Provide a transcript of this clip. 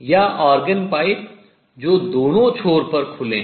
या organ pipe जो दोनों छोर पर खुले हैं